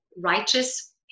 righteous